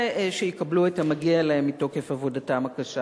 ושיקבלו את המגיע להם מתוקף עבודתם הקשה.